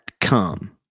come